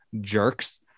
jerks